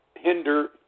hinder